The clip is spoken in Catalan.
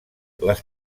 les